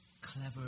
clever